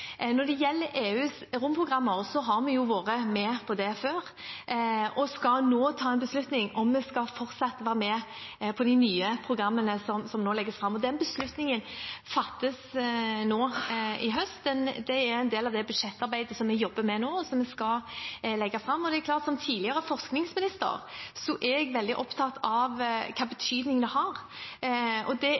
Når det gjelder EUs romprogrammer, har vi vært med på det før, og skal nå ta en beslutning om vi skal fortsette å være med på de nye programmene som nå legges fram. Den beslutningen blir fattet til høsten. Det er en del av det budsjettarbeidet som vi jobber med nå, og som vi skal legge fram. Det er klart at jeg som tidligere forskningsminister er veldig opptatt av hvilken betydning det har. Det er jeg også nå som næringsminister – koblingen mellom næring og